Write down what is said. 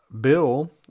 Bill